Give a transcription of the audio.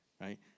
right